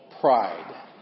pride